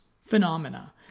phenomena